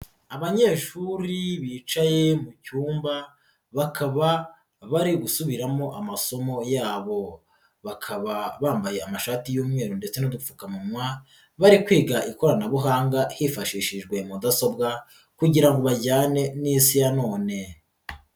Abanyeshuri bicaye mu cyumba bakaba bari gusubiramo amasomo yabo, bakaba bambaye amashati y'umweru ndetse n'udupfukamunwa bari kwiga ikoranabuhanga hifashishijwe mudasobwa kugira ngo bajyane n'Isi ya none.